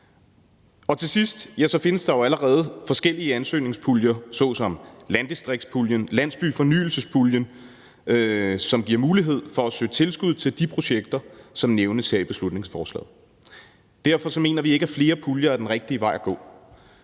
Og til sidst findes der jo allerede forskellige ansøgningspuljer såsom landdistriktspuljen og landsbyfornyelsespuljen, som giver mulighed for at søge tilskud til de projekter, som nævnes her i beslutningsforslaget. Derfor mener vi ikke, at flere puljer er den rigtige vej at gå.